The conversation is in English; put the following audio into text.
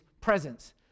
presence